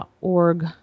org